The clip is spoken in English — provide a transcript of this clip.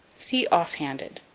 see off-handed.